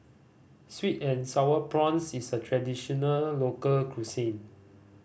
sweet and Sour Prawns is a traditional local cuisine